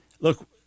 Look